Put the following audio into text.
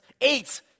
eight